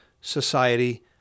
society